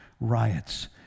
riots